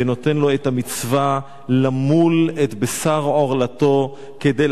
ונותן לו את המצווה למול את בשר עורלתו כדי